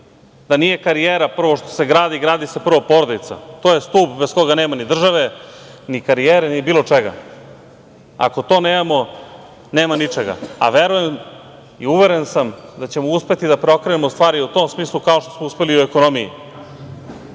da nije karijera prvo što se gradi, gradi se prvo porodica. To je stub bez koga nema ni države, ni karijere, ni bilo čega. Ako to nemamo, nema ničega. Verujem i uveren sam da ćemo uspeti da preokrenemo stvari i u tom smislu, kao što smo uspeli i u ekonomiji,